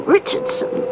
Richardson